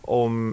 om